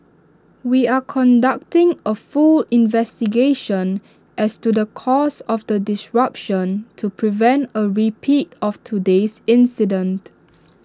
we are conducting A full investigation as to the cause of the disruption to prevent A repeat of today's incident